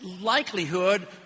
likelihood